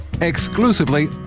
exclusively